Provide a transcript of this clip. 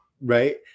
right